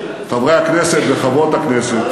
חברי הכנסת וחברות הכנסת,